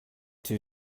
two